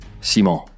Simon